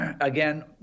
again